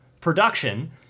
production